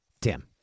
Tim